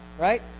right